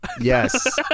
Yes